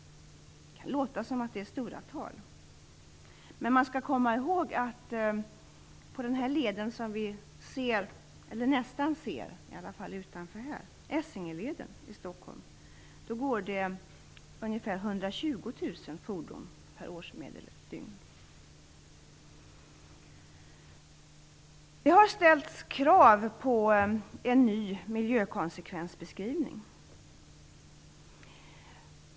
Det kan låta som stora tal. Men man skall komma ihåg att på den led som vi nästan kan se här utanför, Essingeleden i Stockholm, går det ungefär 120 000 fordon per årsmedeldygn. Det har ställts krav på en ny miljökonsekvensbeskrivning.